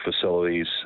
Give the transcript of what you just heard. facilities